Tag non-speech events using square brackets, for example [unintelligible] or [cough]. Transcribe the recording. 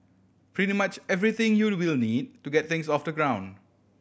pretty much everything you [unintelligible] will need to get things off the ground